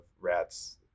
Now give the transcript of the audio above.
rats